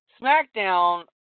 SmackDown